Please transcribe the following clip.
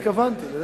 לזה התכוונתי.